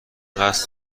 قصد